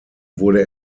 wurde